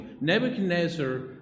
Nebuchadnezzar